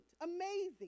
amazing